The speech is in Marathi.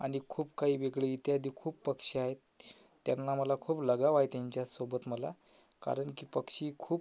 आणि खूप काही वेगळी इत्यादी खूप पक्षी आहेत त्यांना मला खूप लगाव आहे त्यांच्यासोबत मला कारण की पक्षी खूप